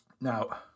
now